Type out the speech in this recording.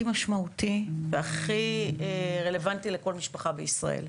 משמעותי והכי רלוונטי לכל משפחה בישראל.